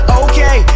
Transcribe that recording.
okay